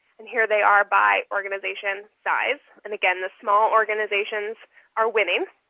and here they are by organization size. and again, the small organizations are winning.